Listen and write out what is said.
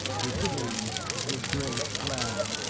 it came, the great plan.